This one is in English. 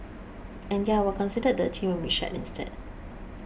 and yeah we're considered dirty when we shed instead